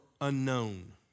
unknown